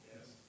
Yes